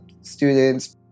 students